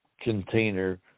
container